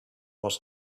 was